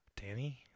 Danny